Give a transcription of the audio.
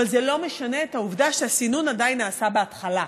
אבל זה לא משנה את העובדה שהסינון עדיין נעשה בהתחלה,